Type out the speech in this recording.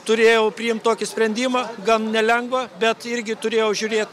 turėjau priimt tokį sprendimą gan nelengvą bet irgi turėjau žiūrėt